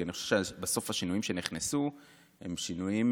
כי אני חושב שבסוף השינויים שנכנסו הם שינויים,